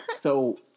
So-